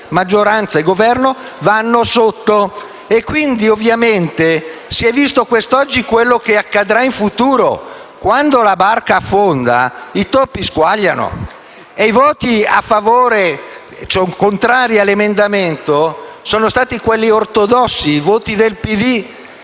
maggioranza e Governo vanno sotto. Quindi, ovviamente, si è visto quest'oggi quello che accadrà in futuro: quando la barca affonda, i topi scappano. I voti contrari all'emendamento sono stati quelli ortodossi, cioè i voti del PD;